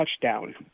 touchdown